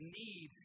need